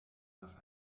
nach